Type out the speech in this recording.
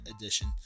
edition